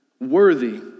worthy